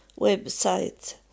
website